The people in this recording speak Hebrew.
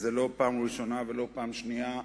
וזו לא הפעם הראשונה ולא הפעם השנייה,